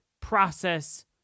process